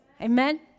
Amen